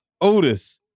Otis